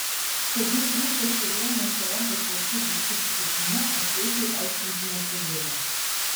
kad jų tvirtas stovėjimas paremtas vogtų daiktų supirkimu aš vaikiui aiškinti nepradėjau